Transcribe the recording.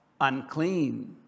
unclean